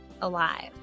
alive